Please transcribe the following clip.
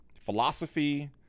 philosophy